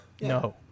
No